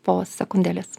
po sekundėlės